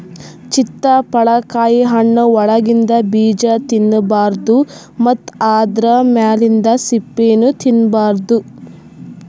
ಚಿತ್ತಪಳಕಾಯಿ ಹಣ್ಣ್ ಒಳಗಿಂದ ಬೀಜಾ ತಿನ್ನಬಾರ್ದು ಮತ್ತ್ ಆದ್ರ ಮ್ಯಾಲಿಂದ್ ಸಿಪ್ಪಿನೂ ತಿನ್ನಬಾರ್ದು